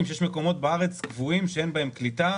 שיש מקומות קבועים בארץ שאין בהם קליטה,